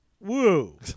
Woo